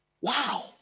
Wow